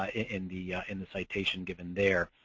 ah in the in the citation given there.